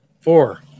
Four